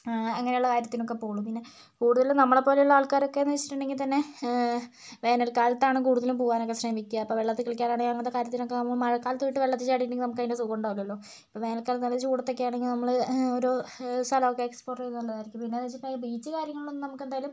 അങ്ങനെയുള്ള കാര്യത്തിനൊക്കെ പോവുകയുള്ളൂ പിന്നെ കൂടുതലും നമ്മളെപ്പോലെയുള്ള ആൾക്കാരൊക്കെന്ന് വെച്ചിട്ടുണ്ടെങ്കിൽ തന്നെ വേനൽക്കാലത്താണ് കൂടുതലും പോവാൻ ഒക്കെ ശ്രമിക്കുക ഇപ്പോൾ വെള്ളത്തിൽ കളിക്കാൻ ഒക്കെ ആയാലും അങ്ങനത്തെ കാര്യങ്ങൾക്കൊക്കെ മഴക്കാലത്ത് പോയി കഴിഞ്ഞാൽ വെള്ളത്തിൽ ചാടീട്ടുണ്ടെങ്കിൽ നമുക്ക് അതിൻ്റെ സുഖം ഉണ്ടാവില്ലല്ലോ വേനൽക്കാലത്ത് നല്ല ചൂടത്തൊക്കെ ആണെങ്കിൽ നമുക്ക് ഓരോ സ്ഥലോക്കെ എക്സ്പ്ലോർ ചെയ്യാലോ പിന്നെന്ന് വച്ചിട്ടുണ്ടെങ്കിൽ ബീച്ച് കാര്യങ്ങളിൽ ഒന്നും എന്തായാലും